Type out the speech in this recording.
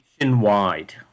nationwide